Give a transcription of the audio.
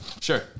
Sure